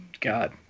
God